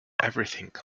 everything